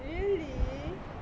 really